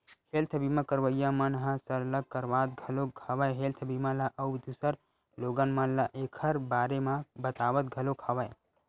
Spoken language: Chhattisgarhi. हेल्थ बीमा करवइया मन ह सरलग करवात घलोक हवय हेल्थ बीमा ल अउ दूसर लोगन मन ल ऐखर बारे म बतावत घलोक हवय